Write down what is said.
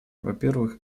вопервых